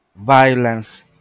violence